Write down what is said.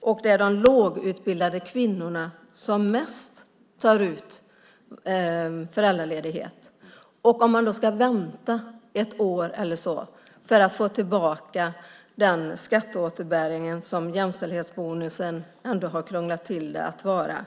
och det är de lågutbildade kvinnorna som tar ut mest föräldraledighet. Då ska man alltså vänta ett år eller så för att få tillbaka den här skatteåterbäringen, så som man ändå har krånglat till det med jämställdhetsbonusen.